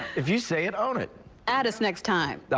if you say it own it at its next time,